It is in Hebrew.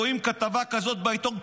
אם אתם רואים כתבה כזאת בעיתון,